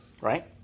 Right